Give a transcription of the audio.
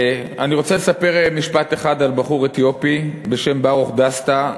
אני רוצה לספר במשפט אחד על בחור אתיופי בשם ברוך דסטה,